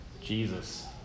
Jesus